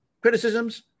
criticisms